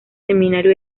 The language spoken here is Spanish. seminario